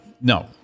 no